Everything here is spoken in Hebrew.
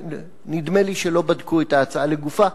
נדמה לי שלא בדקו את ההצעה לגופה.